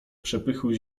przepychu